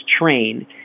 train